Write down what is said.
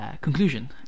conclusion